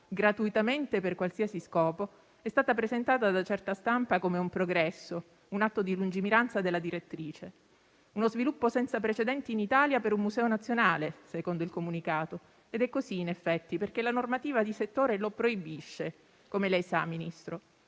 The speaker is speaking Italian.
gratuitamente per qualsiasi scopo, è stata presentata da certa stampa come un progresso, un atto di lungimiranza della direttrice, uno sviluppo senza precedenti in Italia per un museo nazionale, secondo il comunicato. Ed è così in effetti, perché la normativa di settore lo proibisce, come lei sa, Ministro.